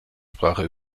sprache